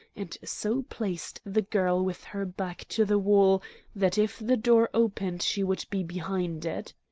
and so placed the girl with her back to the wall that if the door opened she would be behind it.